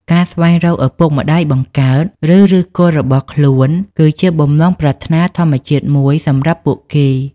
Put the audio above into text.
ការស្វែងរកឪពុកម្ដាយបង្កើត ឬឫសគល់របស់ខ្លួន គឺជាបំណងប្រាថ្នាធម្មជាតិមួយសម្រាប់ពួកគេ។